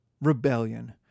rebellion